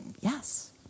yes